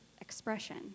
expression